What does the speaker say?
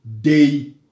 day